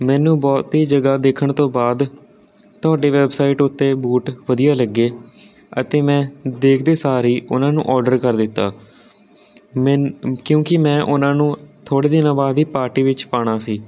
ਮੈਨੂੰ ਬਹੁਤ ਹੀ ਜਗ੍ਹਾ ਦੇਖਣ ਤੋਂ ਬਾਅਦ ਤੁਹਾਡੀ ਵੈਬਸਾਈਟ ਉੱਤੇ ਬੂਟ ਵਧੀਆ ਲੱਗੇ ਅਤੇ ਮੈਂ ਦੇਖਦੇ ਸਾਰ ਹੀ ਉਹਨਾਂ ਨੂੰ ਔਡਰ ਕਰ ਦਿੱਤਾ ਮੈਂ ਕਿਉਂਕਿ ਮੈਂ ਉਹਨਾਂ ਨੂੰ ਥੋੜ੍ਹੇ ਦਿਨਾਂ ਬਾਅਦ ਹੀ ਪਾਰਟੀ ਵਿੱਚ ਪਾਉਣਾ ਸੀ